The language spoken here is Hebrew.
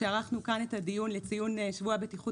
כשערכנו כאן את הדיון לציון שבוע הבטיחות